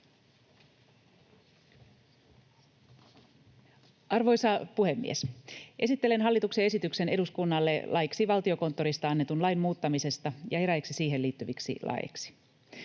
Arvoisa puhemies! Esittelen hallituksen esityksen eduskunnalle laiksi Valtiokonttorista annetun lain muuttamisesta ja eräiksi siihen liittyviksi laeiksi.